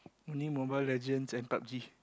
only Mobile-Legends and Pub-g